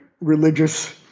religious